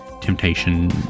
Temptation